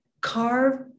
Carve